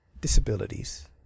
disabilities